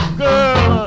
girl